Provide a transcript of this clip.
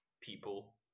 people